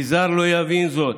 כי זר לא יבין זאת.